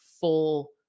full